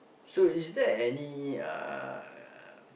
so is there any uh